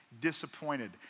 disappointed